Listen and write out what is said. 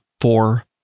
four